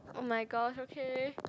oh-my-gosh okay